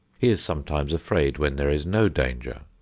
he is sometimes afraid when there is no danger,